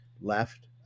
left